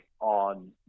on